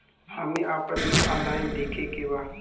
हमे आपन bill online देखे के बा?